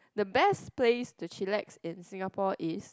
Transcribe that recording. the best place to chillax in Singapore is